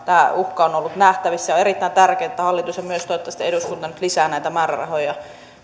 tämä uhka on ollut nähtävissä ja on erittäin tärkeätä että hallitus ja myös toivottavasti eduskunta nyt lisää näitä määrärahoja